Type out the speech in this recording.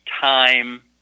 time